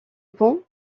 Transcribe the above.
ponts